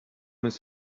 his